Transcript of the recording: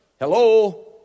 Hello